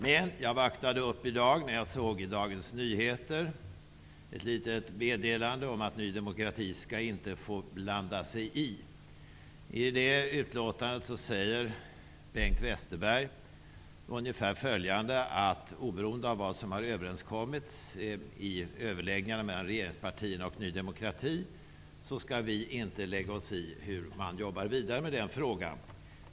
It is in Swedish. Men jag vaknade upp i dag när jag i Dagens Nyheter såg ett litet meddelande om att Ny demokrati inte skall få blanda sig i. I det utlåtandet säger Bengt Westerberg ungefär följande: Oberoende av vad som har överenskommits i överläggningarna mellan regeringspartierna och Ny demokrati skall Ny demokrati inte lägga sig i hur man jobbar vidare med den frågan.